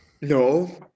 No